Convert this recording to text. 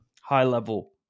high-level